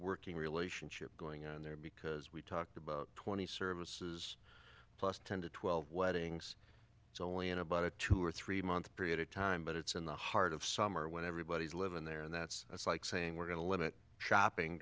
working relationship going on there because we talked about twenty services plus ten to twelve weddings it's only in about a two or three month period of time but it's in the heart of summer when everybody's living there and that's it's like saying we're going to let it shopping